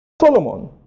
Solomon